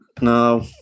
No